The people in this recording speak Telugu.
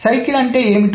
వృత్తాకారం అంటే ఏమిటో